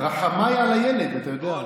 רחמיי על הילד, אתה יודע.